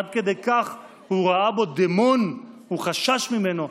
עד כדי כך הוא ראה בו דמון, הוא חשש ממנו.